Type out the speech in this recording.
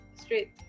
straight